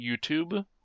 YouTube